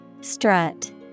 Strut